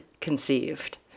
conceived